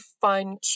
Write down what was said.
fun